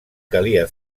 calia